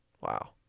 Wow